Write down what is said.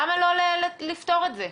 למה לא לפתור את זה?